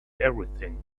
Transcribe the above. everything